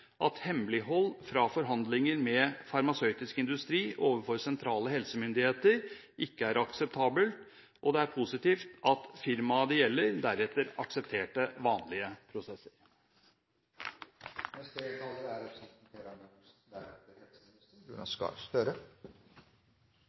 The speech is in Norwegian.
at hemmelighold av forhandlinger med farmasøytisk industri overfor sentrale helsemyndigheter ikke er akseptabelt, og det er positivt at firmaet det gjelder, deretter aksepterte vanlige prosesser. Etter den gode redegjørelsen fra saksordføreren og etter innlegget fra representanten